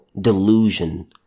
delusion